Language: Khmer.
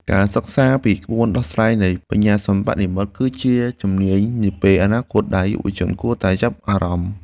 ការសិក្សាពីក្បួនដោះស្រាយនៃបញ្ញាសិប្បនិម្មិត គឺជាជំនាញនាពេលអនាគតដែលយុវជនគួរតែចាប់អារម្មណ៍។